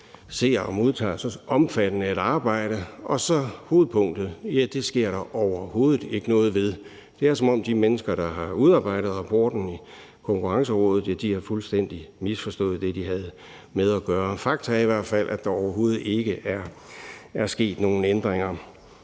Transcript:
ser og modtager så omfattende et arbejde, så undrer det mig, at der så overhovedet ikke sker noget ved hovedpunktet. Det er, som om de mennesker, der har udarbejdet rapporten, altså Konkurrencerådet, fuldstændig har misforstået det, de havde med at gøre. Fakta er i hvert fald, at der overhovedet ikke er sket nogen ændringer.